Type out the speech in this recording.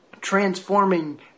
transforming